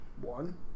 One